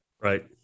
right